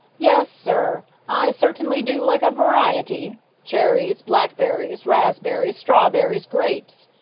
yes, sir, i certainly do like a variety cherries, blackberries, raspberries, strawberries, grapes.